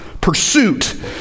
pursuit